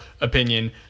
opinion